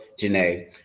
Janae